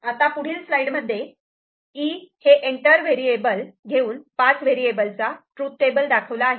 आता पुढील स्लाईडमध्ये 'E' हे एंटर वेरिएबल घेऊन पाच वेरिएबलचा ट्रूथ टेबल दाखवला आहे